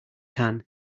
tan